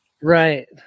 right